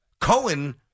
Cohen